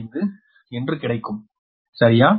00955 என்று கிடைக்கும் சரியா